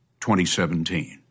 2017